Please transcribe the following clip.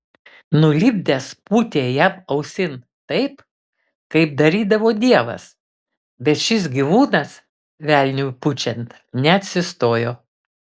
nulipdęs pūtė jam ausin taip kaip darydavo dievas bet šis gyvūnas velniui pučiant neatsistojo